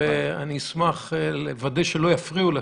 ואשמח לוודא שלא יפריעו.